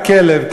רק כלב,